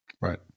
Right